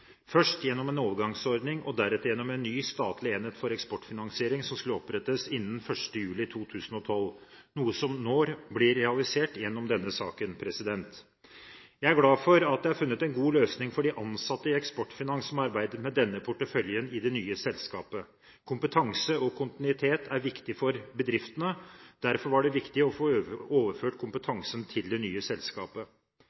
først gjennom en overgangsordning og deretter gjennom en ny, statlig enhet for eksportfinansiering som skulle opprettes innen 1. juli 2012, noe som nå blir realisert gjennom denne saken. Jeg er glad for at det er funnet en god løsning for de ansatte i Eksportfinans som arbeidet med denne porteføljen i det nye selskapet. Kompetanse og kontinuitet er viktig for bedriftene, derfor var det viktig å få overført